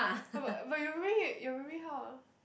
but but you read your baby how ah